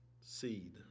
seed